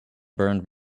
burned